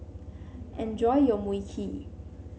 enjoy your Mui Kee